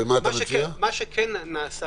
מה שכן נעשה